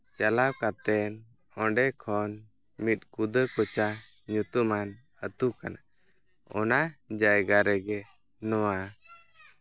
ᱪᱟᱞᱟᱣ ᱠᱟᱛᱮᱫ ᱚᱸᱰᱮ ᱠᱷᱚᱱ ᱢᱤᱫ ᱠᱩᱫᱟᱹ ᱠᱚᱪᱟ ᱧᱩᱛᱩᱢᱟᱱ ᱟᱹᱛᱩ ᱠᱟᱱᱟ ᱚᱱᱟ ᱡᱟᱭᱜᱟ ᱨᱮᱜᱮ ᱱᱚᱣᱟ